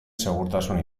segurtasun